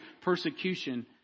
persecution